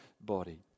body